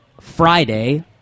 Friday